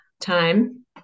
time